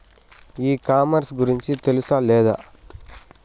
E commerce గురించి తెలుసా లేదా?